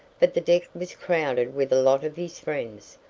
but the deck was crowded with a lot of his friends.